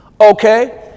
Okay